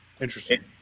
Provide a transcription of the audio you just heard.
Interesting